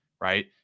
Right